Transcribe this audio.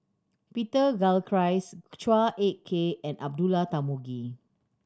Peter Gilchrist Chua Ek Kay and Abdullah Tarmugi